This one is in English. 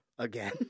Again